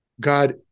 God